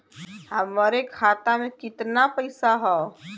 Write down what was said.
हमरे खाता में कितना पईसा हौ?